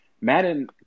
Madden